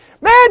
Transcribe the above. Man